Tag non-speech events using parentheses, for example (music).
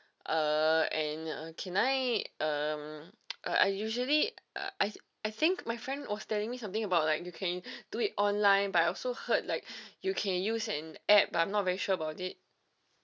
uh and uh can I um (noise) uh I usually uh I I think my friend was telling me something about like you can do it online but I also heard like you can use an app I'm not very sure about it